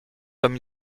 comme